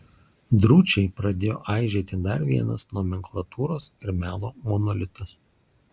drūčiai pradėjo aižėti dar vienas nomenklatūros ir melo monolitas